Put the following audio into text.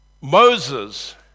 Moses